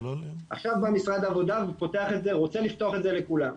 עכשיו בא משרד העבודה ורוצה לפתוח את זה לכולם.